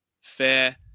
fair